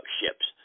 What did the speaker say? ships